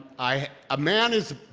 i a man is.